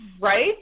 Right